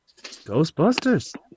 Ghostbusters